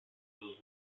was